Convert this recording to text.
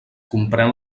comprèn